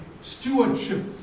stewardship